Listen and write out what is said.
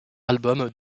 album